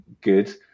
good